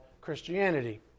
Christianity